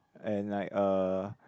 and like uh